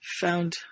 found